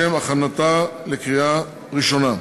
לשם הכנתה לקריאה ראשונה.